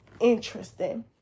interesting